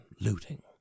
looting